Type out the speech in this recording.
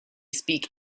speak